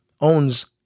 owns